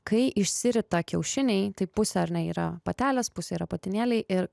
kai išsirita kiaušiniai tai pusė ar ne yra patelės pusė yra patinėliai ir